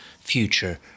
future